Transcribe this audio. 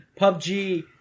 PUBG